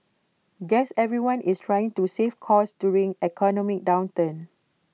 guess everyone is trying to save costs during economic downturn